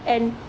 and